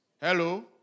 Hello